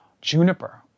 juniper